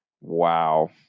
Wow